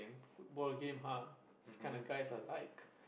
football game ha this kind of guys I like